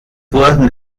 wurden